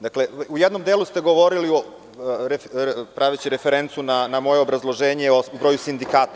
Dakle, u jednom delu ste govorili praveći referencu na moje obrazloženje o broju sindikata.